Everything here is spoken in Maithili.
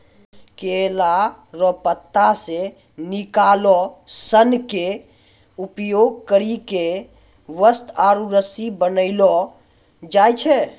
केला रो पत्ता से निकालो सन के उपयोग करी के वस्त्र आरु रस्सी बनैलो जाय छै